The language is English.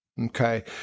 Okay